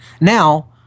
Now